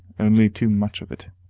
only too much of it.